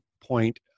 point